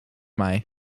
mij